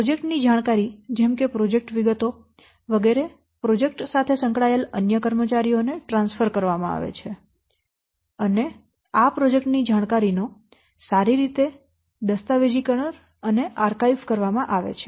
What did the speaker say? project ની જાણકારી જેમ કે પ્રોજેક્ટ વિગતો વગેરે પ્રોજેક્ટ સાથે સંકળાયેલા અન્ય કર્મચારીઓ ને ટ્રાન્સફર કરવામાં આવે છે અને આ પ્રોજેક્ટ ની જાણકારી નો સારી રીતે દસ્તાવેજીકરણ અને આર્કાઇવ કરવામાં આવે છે